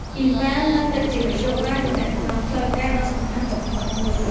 អ៊ីមែលនៅតែជាមធ្យោបាយទំនាក់ទំនងផ្លូវការដ៏សំខាន់បំផុតមួយ។